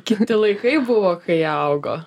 kiti laikai buvo kai augo